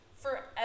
forever